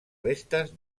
restes